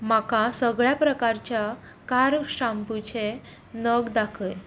म्हाका सगळ्या प्रकारच्या कार शाम्पूचे नग दाखय